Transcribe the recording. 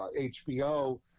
HBO